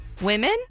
women